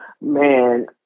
Man